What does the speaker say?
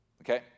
okay